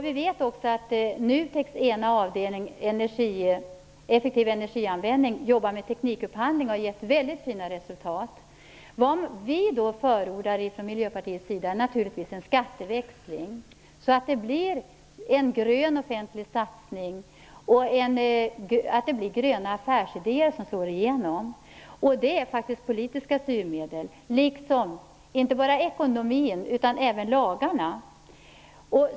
Vi vet också att Nuteks ena avdelning, Effektiv energianvändning, jobbar med teknikupphandling som har gett väldigt fina resultat. Vad vi då förordar från Miljöpartiets sida är naturligtvis en skatteväxling, så att det blir en grön offentlig satsning och att det blir gröna affärsidéer som slår igenom. Det är politiska styrmedel som behövs, inte bara sådana som har att göra med ekonomi utan även lagar.